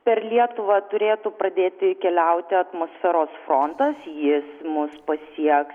per lietuvą turėtų pradėti keliauti atmosferos frontas jis mus pasieks